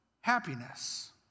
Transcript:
happiness